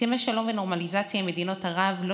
הסכמי שלום ונורמליזציה עם מדינות ערב לא